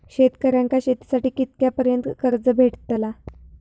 शेतकऱ्यांका शेतीसाठी कितक्या पर्यंत कर्ज भेटताला?